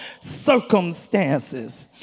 circumstances